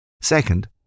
Second